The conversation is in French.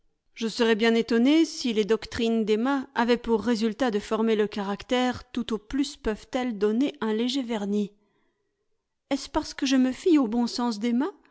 je serais bien étonné si les doctrines d'emma avaient pour résultat de former le caractère tout au plus peuvent-elles donner un léger vernis est-ce parce que je me fie au bon sens d'emma